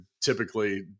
typically